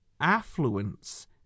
affluence